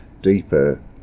deeper